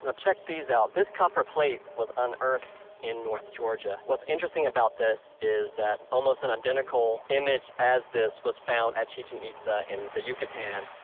check these out. this copper plate was unearthed in north georgia. what's interesting about this is that almost an identical image as this was found at chichen itza in the yucatan.